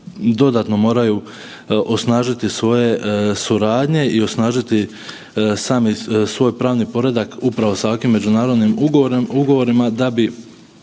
dodatno moraju osnažiti svoje suradnje i osnažiti sami svoj pravni poredak upravo sa ovakvim međunarodnim ugovorima da bi